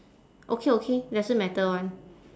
okay okay doesn't matter [one]